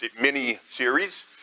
mini-series